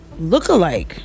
lookalike